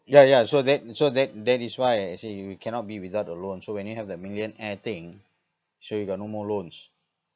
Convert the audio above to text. ya ya so that so that that is why I say you cannot be without a loan so when you have the millionaire thing sure you got no more loans